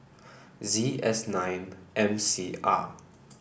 Z S nine M C R